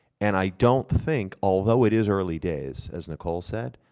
and i don't think, although it is early days, as nicole says,